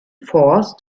force